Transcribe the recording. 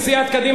בסיעת קדימה.